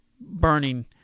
burning